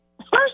First